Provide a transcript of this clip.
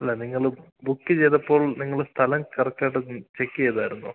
അല്ല നിങ്ങൾ ബുക്ക് ചെയ്തപ്പോൾ നിങ്ങൾ സ്ഥലം കറക്റ്റ് ആയിട്ടത് ചെക്ക് ചെയ്തായിരുന്നോ